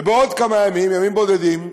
בעוד כמה ימים, ימים בודדים,